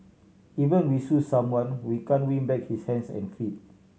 even we sue someone we can't win back his hands and feet